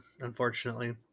Unfortunately